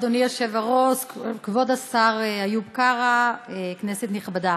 אדוני היושב-ראש, כבוד השר איוב קרא, כנסת נכבדה,